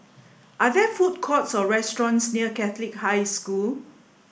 are there food courts or restaurants near Catholic High School